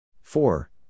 Four